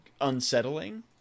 unsettling